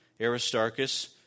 Aristarchus